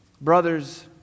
Brothers